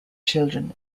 children